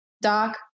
Doc